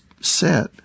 set